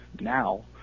now